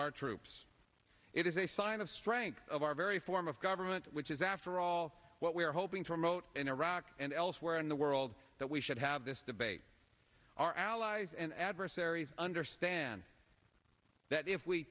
our troops it is a sign of strength of our very form of government which is after all what we are hoping for mote in iraq and elsewhere in the world that we should have this debate our allies and adversaries understand that if we